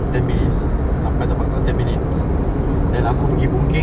ten minutes sampai tempat kau ten minutes then aku pergi boon keng